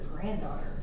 granddaughter